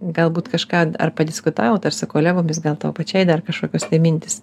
galbūt kažką ar padiskutavo su kolegomis gal tau pačiai dar kažkokios mintys